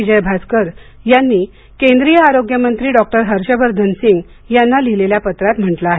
विजयभास्कर यांनी केंद्रीय आरोग्य मंत्री डॉक्टर हर्षवर्धन सिंघ यांना लिहिलेल्या पत्रात म्हंटल आहे